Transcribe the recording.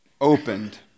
Opened